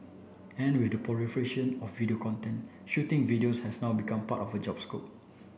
and with the proliferation of video content shooting videos has now become part of the job scope